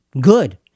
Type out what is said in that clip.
good